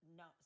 no